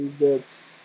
That's-